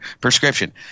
prescription